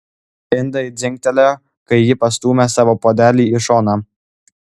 indai dzingtelėjo kai ji pastūmė savo puodelį į šoną